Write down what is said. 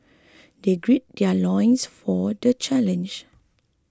they gird their loins for the challenge